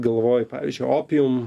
galvoji pavyžiui opium